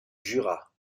jura